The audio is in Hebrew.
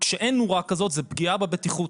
כשאין נורה כזאת זה פגיעה בבטיחות,